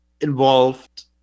involved